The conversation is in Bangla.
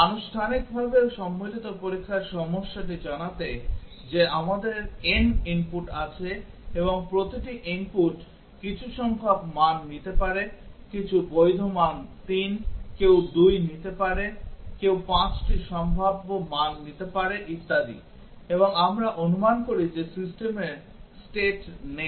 আনুষ্ঠানিকভাবে সম্মিলিত পরীক্ষার সমস্যাটি জানাতে যে আমাদের n input আছে এবং প্রতিটি input কিছু সংখ্যক মান নিতে পারে কিছু বৈধ মান 3 কেউ 2 নিতে পারে কেউ 5 টি সম্ভাব্য মান নিতে পারে ইত্যাদি এবং আমরা অনুমান করি যে সিস্টেমের state নেই